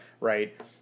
right